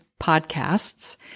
podcasts